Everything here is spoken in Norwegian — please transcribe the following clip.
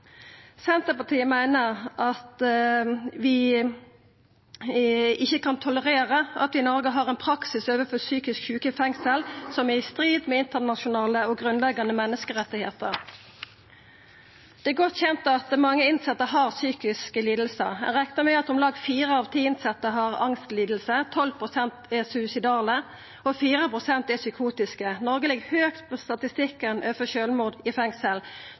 Senterpartiet meiner at vi ikkje kan tolerera at vi i Noreg har ein praksis overfor psykisk sjuke i fengsel som er i strid med internasjonale og grunnleggjande menneskerettar. Det er godt kjent at mange innsette har psykiske lidingar. Eg reknar med at om lag fire av ti har angstlidingar, 12 pst. er suicidale og 4 pst. er psykotiske. Noreg ligg høgt på statistikken for sjølvmord i fengsel.